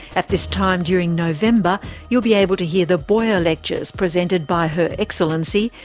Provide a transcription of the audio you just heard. at this time during november you'll be able to hear the boyer lectures presented by her excellency,